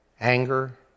anger